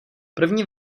první